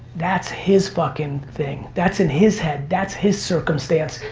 that's his fucking thing. that's in his head. that's his circumstance.